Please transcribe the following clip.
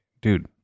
dude